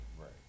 Right